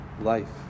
life